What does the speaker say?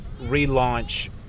relaunch